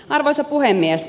arvoisa puhemies